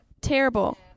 Terrible